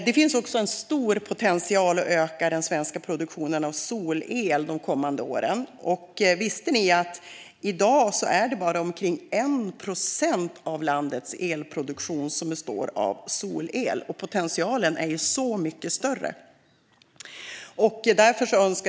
Det finns också en stor potential i att öka den svenska produktionen av solel de kommande åren. Visste ni att det i dag bara är omkring 1 procent av landets elproduktion som består av solel? Potentialen är ju så mycket större.